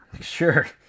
sure